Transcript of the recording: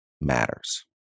matters